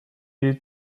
est